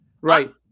Right